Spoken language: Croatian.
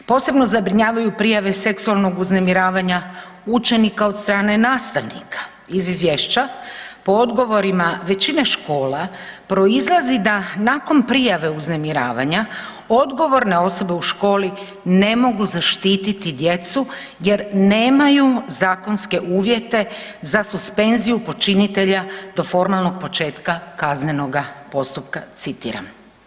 Posebno zabrinjavaju prijave seksualnog uznemiravanja učenika od strane nastavnika iz izvješća po odgovorima većine škola proizlazi da nakon prijave uznemiravanja odgovorne osobe u školi ne mogu zaštiti djecu jer nemaju zakonske uvjete za suspenziju počinitelja do formalnog početka kaznenoga postupka“, citiram.